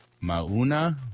Mauna